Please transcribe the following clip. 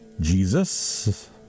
jesus